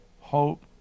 hope